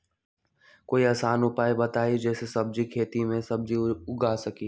कोई आसान उपाय बताइ जे से जैविक खेती में सब्जी उगा सकीं?